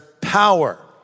power